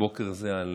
בבוקר זה על